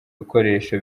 bikoresho